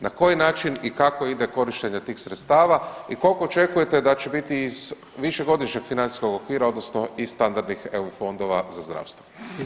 Na koji način i kako ide korištenje tih sredstava i koliko očekujete da će biti iz Višegodišnjeg financijskog okvira, odnosno iz standardnih EU fondova za zdravstvo?